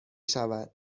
شود